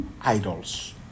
Idols